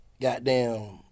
goddamn